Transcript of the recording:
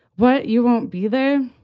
what? you won't be there